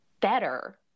better